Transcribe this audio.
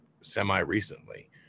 semi-recently